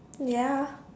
ya